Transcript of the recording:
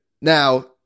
Now